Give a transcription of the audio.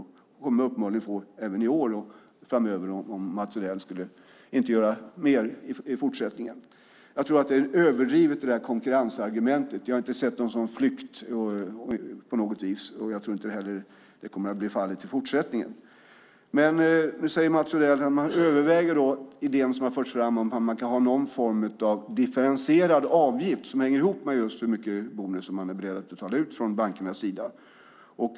De kommer uppenbarligen att få dem även i år och framöver om Mats Odell inte gör mer i fortsättningen. Jag tror att konkurrensargumentet är överdrivet. Jag har inte sett någon sådan flykt. Jag tror inte heller att det kommer att bli fallet i fortsättningen. Nu säger Mats Odell att man överväger idén som har förts fram att man kan ha någon form av differentierad avgift som hänger ihop med just hur mycket bonus man är beredd att betala ut från bankernas sida.